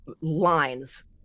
lines